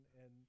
and-